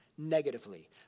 negatively